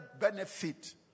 benefit